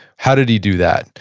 how did he do that?